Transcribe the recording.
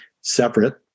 separate